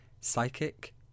psychic